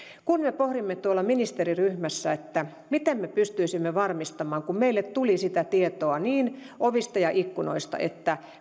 kun me pohdimme tuolla ministeriryhmässä miten me pystyisimme varmistamaan kun meille tuli sitä tietoa ovista ja ikkunoista että